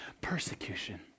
persecution